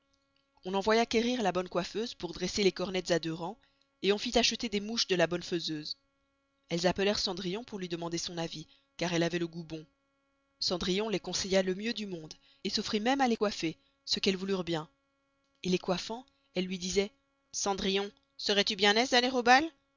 on envoya querir la bonne coëffeuse pour dresser les cornettes à deux rangs on fit achetter des mouches de la bonne faiseuse elles appellerent cendrillon pour luy demander son avis car elle avoit le goût bon cendrillon les conseilla le mieux du monde s'offrit mesme à les coëffer ce qu'elles voulurent bien en les coëffant elles luy disoient cendrillon serois tu bien aise d'aller